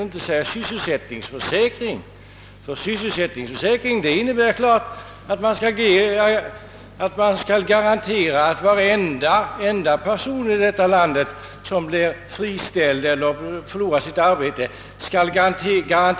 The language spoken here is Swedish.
Ordet sysselsättningsförsäkring innebär att man skall garantera sysselsättning åt varenda person i detta land, som blir friställd eller förlorar sitt arbete.